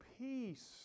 peace